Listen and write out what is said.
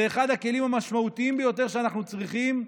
אחד הכלים המשמעותיים ביותר שאנחנו צריכים,